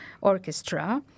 Orchestra